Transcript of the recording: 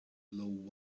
allow